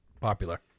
popular